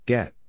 Get